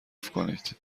کنید